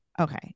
Okay